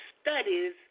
studies